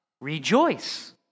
rejoice